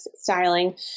styling